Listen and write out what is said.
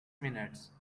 minutes